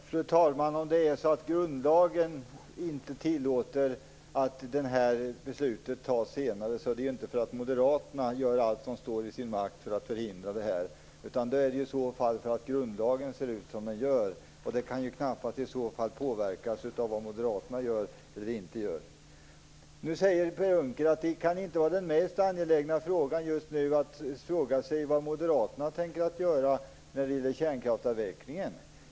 Fru talman! Om grundlagen inte tillåter att beslutet fattas senare, är det ju inte därför att moderaterna gör allt som står i deras makt för att förhindra det, utan i så fall beror det på att grundlagen ser ut som den gör, och det kan ju knappast påverkas av vad moderaterna gör eller inte gör. Nu säger Per Unckel att det mest angelägna just nu inte kan vara att fråga sig vad Moderaterna tänker göra när det gäller kärnkraftsavvecklingen.